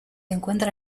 encuentra